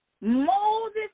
Moses